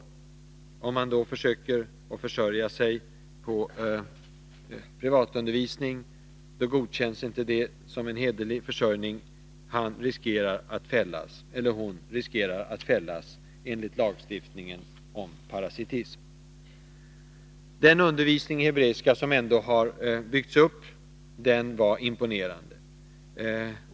Om han eller hon då försöker försörja sig genom privatundervisning godkänns inte det som hederlig försörjning, utan vederbörande riskerar att fällas enligt lagen om parasitism. Den undervisning i hebreiska, som ändå har byggts upp, var imponerande.